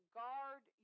guard